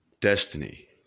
Destiny